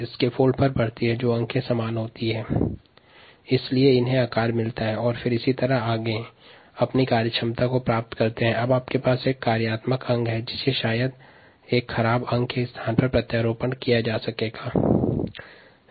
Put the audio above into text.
scaffold से कोशिकाओं को निर्धारित आकार मिलता है और अंततः कोशिकाएं अपनी कार्यक्षमता को प्राप्त करती है और एक कार्यात्मक अंग निर्मित होता है जिसे क्षतिग्रस्त अंग के स्थान पर प्रत्यारोपित किया जा सकता है